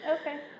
Okay